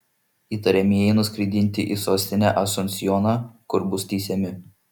įtariamieji nuskraidinti į sostinę asunsjoną kur bus teisiami